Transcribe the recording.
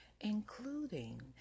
including